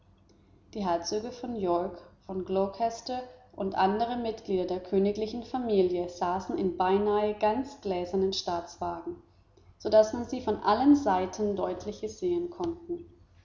die herzöge von york von glocester und andere glieder der königlichen familie saßen in beinahe ganz gläsernen staatswagen so daß man sie von allen seiten deutliche sehen konnte